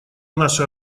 наша